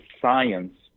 science